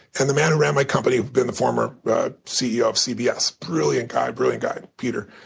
and the man who ran my company had been the former ceo of cbs, brilliant guy, brilliant guy, peter.